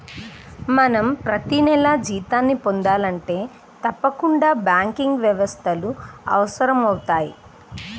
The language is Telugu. మనం ప్రతినెలా జీతాన్ని పొందాలంటే తప్పకుండా బ్యాంకింగ్ వ్యవస్థలు అవసరమవుతయ్